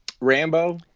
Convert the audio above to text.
Rambo